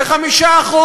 ל-5%.